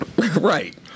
Right